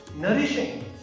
nourishing